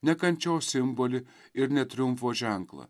ne kančios simbolį ir ne triumfo ženklą